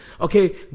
Okay